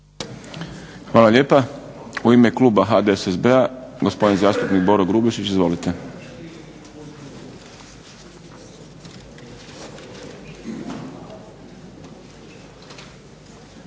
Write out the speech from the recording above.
Hvala lijepa. U ime Kluba HDSSB-a gospodin zastupnik Boro Grubišić. Izvolite.